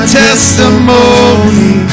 testimony